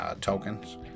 tokens